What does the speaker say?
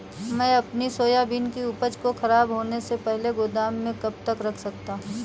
मैं अपनी सोयाबीन की उपज को ख़राब होने से पहले गोदाम में कब तक रख सकता हूँ?